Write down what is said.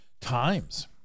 times